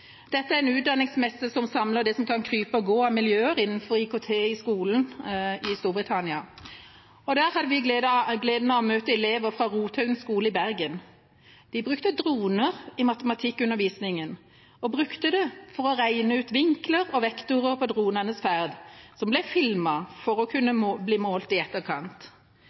Dette er en utdanningsmesse som samler det som kan krype og gå av miljøer innenfor IKT i skolen i Storbritannia. Der hadde vi gleden av å møte elever fra Rothaugen skole i Bergen. De brukte droner i matematikkundervisningen og brukte det for å regne ut vinkler og vektorer på dronenes ferd, som ble filmet for å kunne bli målt i etterkant.